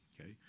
okay